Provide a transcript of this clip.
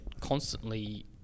constantly